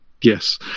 Yes